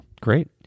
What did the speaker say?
Great